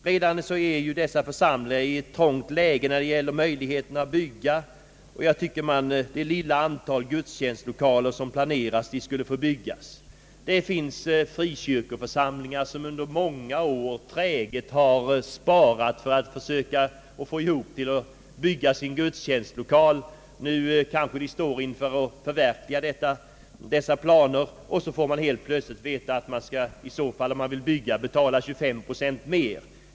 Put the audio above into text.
Församlingarna är redan i ett trångt läge när det gäller möjligheterna att bygga, och jag tycker att det lilla antal gudstjänstlokaler som planerats skulle få byggas. Det finns frikyrkoförsamlingar som under många år träget har sparat för att få tillfälle att bygga sin gudstjänstlokal. Nu kanske de står inför förverkligandet av dessa planer, och så får de helt plötsligt veta att om man skall bygga får man betala 25 procent mera.